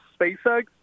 SpaceX